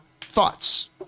thoughts